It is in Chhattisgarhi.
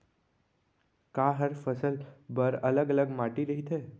का हर फसल बर अलग अलग माटी रहिथे?